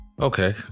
Okay